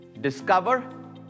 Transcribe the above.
Discover